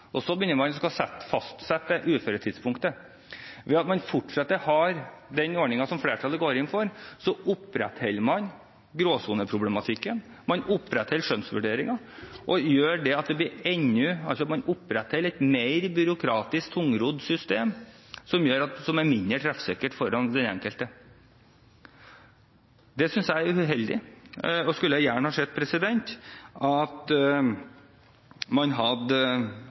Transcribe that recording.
syk. Så skal man fastsette uføretidspunktet. Ved at man fortsatt har den ordningen som flertallet går inn for, opprettholder man gråsoneproblematikken. Man opprettholder skjønnsvurderingen, man opprettholder et mer byråkratisk, tungrodd system som er mindre treffsikkert for den enkelte. Det synes jeg er uheldig, og jeg skulle gjerne ha sett at man hadde